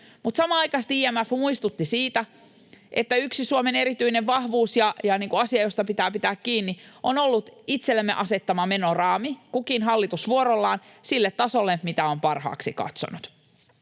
samanaikaisesti IMF muistutti siitä, että yksi Suomen erityinen vahvuus ja asia, josta pitää pitää kiinni, on ollut itsellemme asettamamme menoraami — kukin hallitus vuorollaan, sille tasolle, minkä on parhaaksi katsonut.